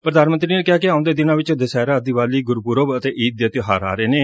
ਪ੍ਧਾਨ ਮੰਤਰੀ ਨੇ ਕਿਹਾ ਕਿ ਆਉਦੇ ਦਿਨਾਂ ਵਿਚ ਦੁਸਹਿਰਾ ਦੀਵਾਲੀ ਗੁਰਪੁਰਬ ਅਤੇ ਈਦ ਦੇ ਤਿਉਹਾਰ ਆ ਰਹੇ ਨੇ